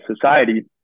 society